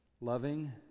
loving